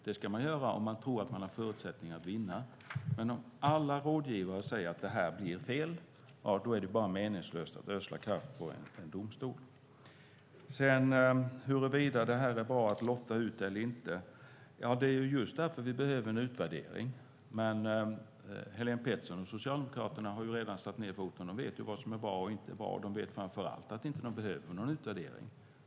Det ska man göra om man tror att man har förutsättningar att vinna, men om alla rådgivare säger att det här blir fel är det bara meningslöst att ödsla kraft på en domstol. Är det bra att lotta ut eller inte? Just därför behöver vi en utvärdering. Men Helén Pettersson och Socialdemokraterna har redan satt ned foten. De vet vad som är bra och inte. De vet framför allt att det inte behövs någon utvärdering.